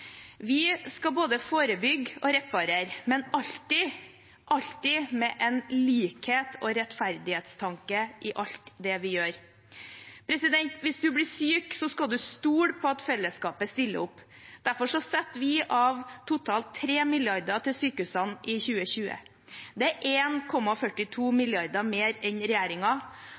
Vi skal både forebygge og reparere, men alltid – alltid – med en likhets- og rettferdighetstanke i alt det vi gjør. Hvis man blir syk, skal man kunne stole på at fellesskapet stiller opp. Derfor setter vi av totalt 3 mrd. kr til sykehusene i 2020. Det er 1,42 mrd. kr mer enn